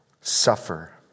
suffer